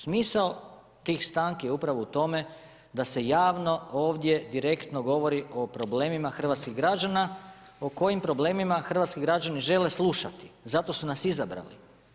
Smisao tih stanki je upravo u tome da se javno ovdje direktno govori o problemima hrvatskih građana o kojim problemima hrvatski građani žele slušati, zato su nas izabrali.